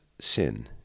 sin